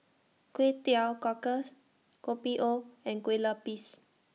Kway Teow Cockles Kopi O and Kueh Lupis